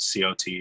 cot